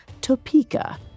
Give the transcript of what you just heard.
Topeka